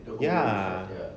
ya